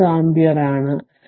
6 ampere ആണ്